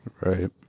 Right